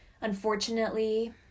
unfortunately